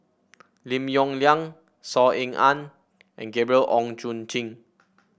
Lim Yong Liang Saw Ean Ang and Gabriel Oon Chong Jin